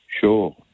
Sure